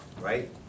right